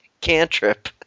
cantrip